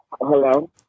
Hello